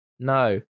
No